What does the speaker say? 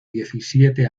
diecisiete